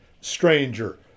stranger